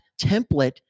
template